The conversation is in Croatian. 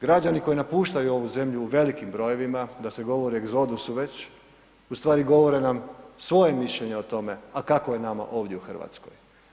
Građani koji napuštaju ovu zemlju u velikim brojevima da se govori o egzodusu već, u stvari gore nam svoje mišljenje o tome, a kako je nama ovdje u Hrvatskoj.